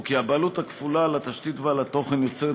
הוא כי הבעלות הכפולה על התשתית ועל התוכן יוצרת